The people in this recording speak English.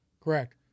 Correct